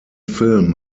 film